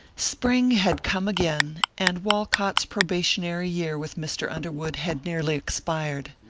spring had come again and walcott's probationary year with mr. underwood had nearly expired.